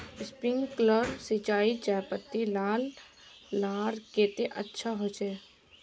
Sprinkler सिंचाई चयपत्ति लार केते अच्छा होचए?